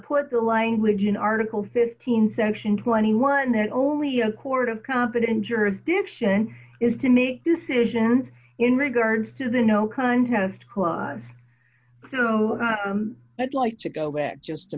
put the language in article fifteen section twenty one that only a court of competent jurisdiction is to make decisions in regards to the no contest clive so i'd like to go back just a